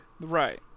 Right